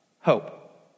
hope